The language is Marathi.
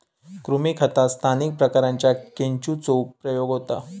कृमी खतात स्थानिक प्रकारांच्या केंचुचो प्रयोग होता